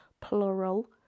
plural